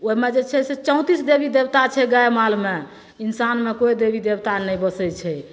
ओहिमे जे छै से चौंतीस देवी देवता छै गाय मालमे इंसानमे कोइ देवी देवता नहि बसै छै